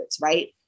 Right